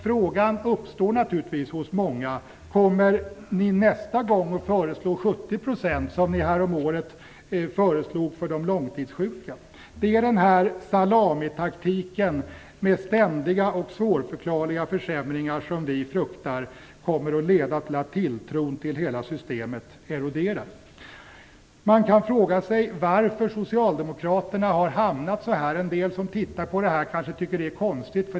Frågan uppstår naturligtvis hos många: Kommer ni nästa gång att föreslå 70 %, som ni häromåret föreslog för de långtidsjuka? Det är den här salamitaktiken med ständiga och svårförklariga försämringar som vi fruktar kommer att leda till att tilltron till hela systemet eroderar. Man kan fråga sig varför Socialdemokraterna har hamnat här. En del som tittar på debatten kanske tycker att det är konstigt.